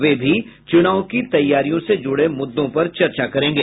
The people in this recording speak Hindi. वे भी चुनाव की तैयारियों से जुड़े मुद्दे पर चर्चा करेंगे